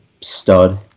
stud